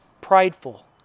prideful